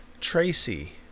Tracy